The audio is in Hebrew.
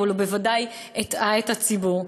אבל הוא בוודאי הטעה את הציבור.